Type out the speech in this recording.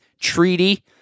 treaty